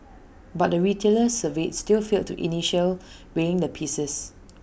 but the retailers surveyed still failed to initiate weighing the pieces